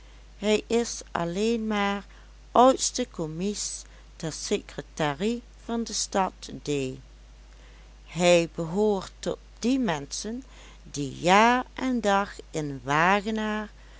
hij is alleen maar oudste commies ter secretarie van de stad d hij behoort tot die menschen die jaar en dag in wagenaar